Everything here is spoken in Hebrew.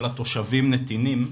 של התושבים-נתינים,